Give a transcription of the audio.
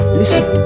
listen